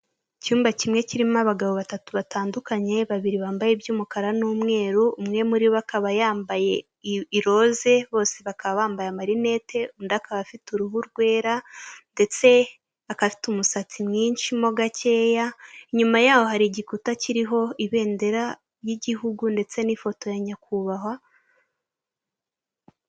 Icyumba kimwe kirimo abagabo batatu batandukanye babiri bambaye iby'umukara n'umweru umwe muri bo akaba yambaye i rose bose bakaba bambaye amarinete undi akaba afite uruhu rwera ndetse akaba afite umusatsi mwinshi mo gakeya nyuma yaho hari igikuta kiriho ibendera ry'igihugu ndetse n'ifoto ya nyakubahwa .